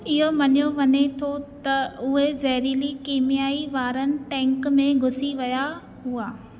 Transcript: इहो मञियो वञे थो त उहे ज़हरीली कीमियाई वारनि टैंकु में घुसी विया हुआ